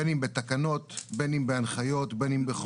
בין אם בתקנות, בין אם בהנחיות, בין אם בחוזרים.